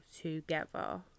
together